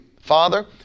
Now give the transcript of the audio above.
Father